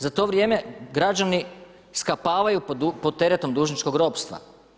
Za to vrijeme građani skapavaju pod teretom dužničkog ropstva.